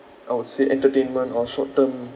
I would say entertainment or short term